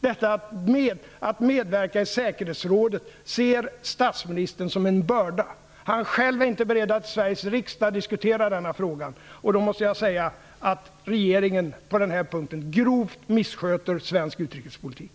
Detta att medverka i säkerhetsrådet ser statsministern som en börda. Han är själv inte beredd att i Sveriges riksdag diskutera denna fråga, och då måste jag säga att regeringen på den här punkten grovt missköter svensk utrikespolitik.